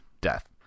death